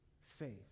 faith